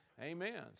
amen